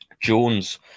Jones